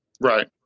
right